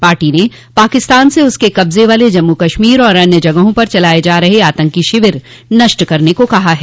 party ने पाकिस्तान से उसके कब्जे वाले जम्मू कश्मीर और अन्य जगहों पर चलाए जा रहे आतंकी शिविर नष्ट करने को कहा है